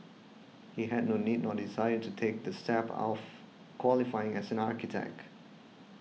he had no need nor desire to take the step of qualifying as an architect